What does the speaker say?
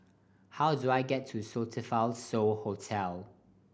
how do I get to Sofitel So Hotel